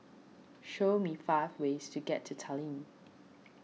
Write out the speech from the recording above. show me five ways to get to Tallinn